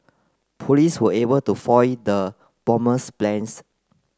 police were able to foil the bomber's plans